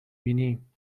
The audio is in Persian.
بینیم